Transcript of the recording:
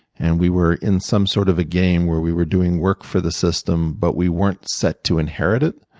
and we were in some sort of a game where we were doing work for the system, but we weren't set to inherit it.